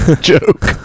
joke